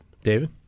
David